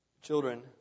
children